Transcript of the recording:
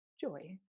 joy